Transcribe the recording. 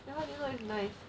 ya lor that [one] is nice